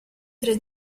tre